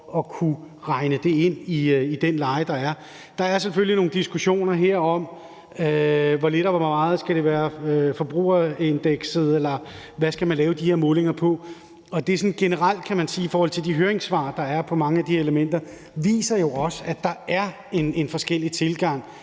at kunne regne det ind den leje, der betales. Der er selvfølgelig nogle diskussioner om, hvor lidt eller hvor meget det skal være lavet efter forbrugerindekset, eller hvad man skal lave de her målinger på. Det er sådan generelt, kan man sige, i forhold til de høringssvar, der er om mange af de elementer, at de jo også viser, at der er en forskellig tilgang,